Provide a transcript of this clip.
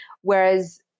Whereas